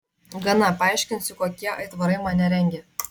gana paaiškinsiu kokie aitvarai mane rengia